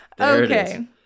Okay